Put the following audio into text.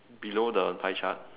it's below the pie chart